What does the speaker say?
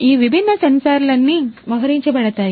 ఈ విభిన్న సెన్సార్లన్నీ మోహరించబడతాయి